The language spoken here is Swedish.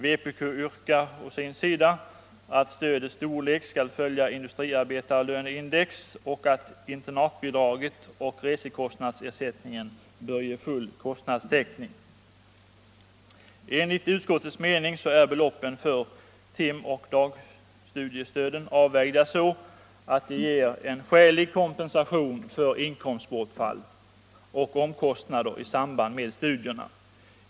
Vpk yrkar å sin sida att stödets storlek skall följa industriarbetarlöneindex och att internatbidraget och resekostnadsersättningen skall ge full kostnadstäckning. Enligt utskottets mening är beloppen för timoch dagstudiestöd avvägda så, att de ger skälig kompensation för inkomstbortfall och omkostnader i samband med studierna.